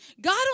God